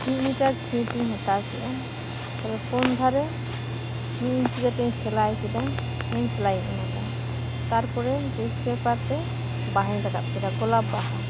ᱢᱤᱫ ᱢᱤᱫ ᱴᱟᱝ ᱪᱷᱤᱸᱴ ᱤᱧ ᱦᱟᱛᱟᱣᱟ ᱠᱮᱫᱟ ᱛᱚᱵᱮ ᱯᱩᱱ ᱫᱷᱟᱨᱮ ᱢᱤᱫ ᱤᱱᱪᱤ ᱠᱟᱛᱮ ᱤᱧ ᱥᱮᱞᱟᱭ ᱠᱮᱫᱟ ᱦᱤᱢ ᱥᱮᱞᱟᱭ ᱤᱧ ᱮᱢᱟᱫᱟ ᱛᱟᱨᱯᱚᱨᱮ ᱡᱤᱱᱥ ᱯᱮᱯᱟᱨ ᱛᱮ ᱵᱟᱦᱟᱧ ᱨᱟᱠᱟᱵ ᱠᱮᱫᱟ ᱜᱚᱞᱟᱵ ᱵᱟᱦᱟ